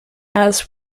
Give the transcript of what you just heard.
alice